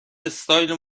استایل